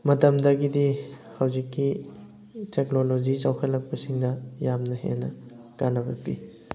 ꯃꯇꯝꯗꯒꯤꯗꯤ ꯍꯧꯖꯤꯛꯀꯤ ꯇꯦꯛꯅꯣꯂꯣꯖꯤ ꯆꯥꯎꯈꯠꯂꯛꯄꯁꯤꯅ ꯌꯥꯝꯅ ꯍꯦꯟꯅ ꯀꯥꯅꯕ ꯄꯤ